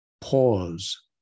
Pause